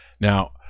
Now